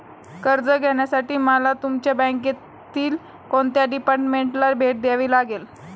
कर्ज घेण्यासाठी मला तुमच्या बँकेतील कोणत्या डिपार्टमेंटला भेट द्यावी लागेल?